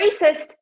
racist